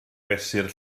fesur